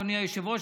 אדוני היושב-ראש,